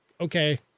okay